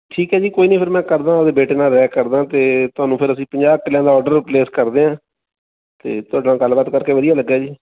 ਠੀਕ ਹੈ ਜੀ ਕੋਈ ਨਹੀਂ ਫਿਰ ਮੈਂ ਕਰਦਾ ਆਪਣੇ ਬੇਟੇ ਨਾਲ ਰਾਏ ਕਰਦਾ ਅਤੇ ਤੁਹਾਨੂੰ ਫਿਰ ਅਸੀਂ ਪੰਜਾਹ ਕਿੱਲਿਆਂ ਦਾ ਔਡਰ ਪਲੇਸ ਕਰਦੇ ਹਾਂ ਅਤੇ ਤੁਹਾਡੇ ਨਾਲ ਗੱਲਬਾਤ ਕਰਕੇ ਵਧੀਆ ਲੱਗਾ ਜੀ